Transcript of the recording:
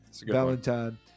Valentine